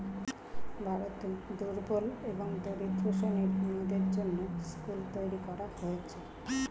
ভারতে দুর্বল এবং দরিদ্র শ্রেণীর মেয়েদের জন্যে স্কুল তৈরী করা হয়েছে